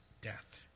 death